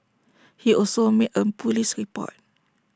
he also made A Police report